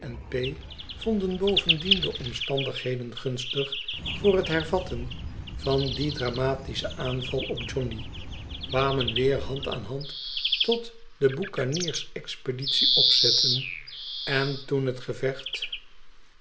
vonden bovendien de omstandigheden gunstig voor het hervatten van dien dramatischen aanval op johnny kwamen weer hand aan hand tot de boekaniersexpeditie opzetten en toen het gevecht